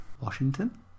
Washington